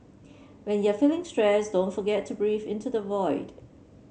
when you are feeling stressed don't forget to breathe into the void